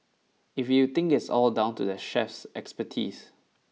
if you think it's all down to the chef's expertise